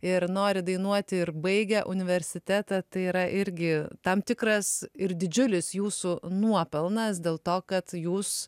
ir nori dainuoti ir baigę universitetą tai yra irgi tam tikras ir didžiulis jūsų nuopelnas dėl to kad jūs